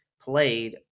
played